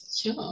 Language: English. Sure